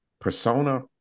persona